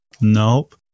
Nope